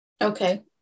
Okay